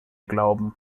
glauben